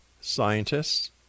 scientists